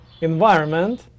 environment